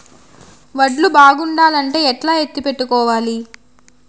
వడ్లు బాగుండాలంటే ఎట్లా ఎత్తిపెట్టుకోవాలి?